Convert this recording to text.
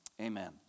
amen